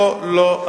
לא, לא, לא.